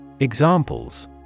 Examples